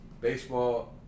Baseball